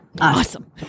Awesome